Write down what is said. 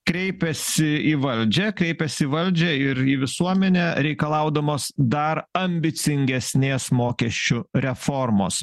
kreipiasi į valdžią kreipiasi į valdžią ir į visuomenę reikalaudamos dar ambicingesnės mokesčių reformos